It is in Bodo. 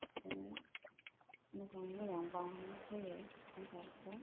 बिदिनो मोजाङै मोजां बेयावनो होयो आनजादखौ